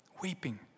weeping